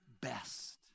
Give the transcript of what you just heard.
best